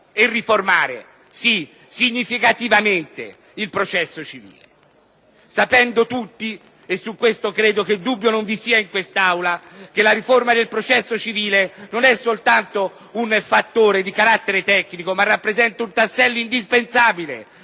e riformare, sì, significativamente il processo civile, sapendo tutti - e su questo credo che dubbio non vi sia in quest'Aula - che la riforma del processo civile non è soltanto un elemento di carattere tecnico, ma rappresenta un tassello indispensabile